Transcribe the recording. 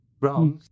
Wrong